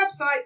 website